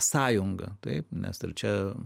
sąjunga taip nes čia